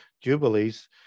Jubilees